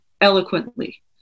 eloquently